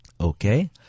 Okay